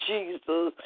Jesus